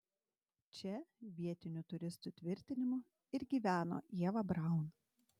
čia vietinių turistų tvirtinimu ir gyveno ieva braun